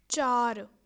ਚਾਰ